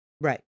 right